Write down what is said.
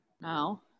now